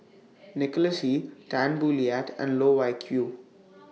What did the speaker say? Nicholas Ee Tan Boo Liat and Loh Wai Kiew